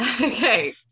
Okay